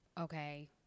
okay